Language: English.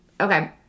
Okay